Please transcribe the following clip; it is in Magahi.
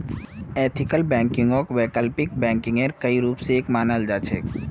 एथिकल बैंकिंगक वैकल्पिक बैंकिंगेर कई रूप स एक मानाल जा छेक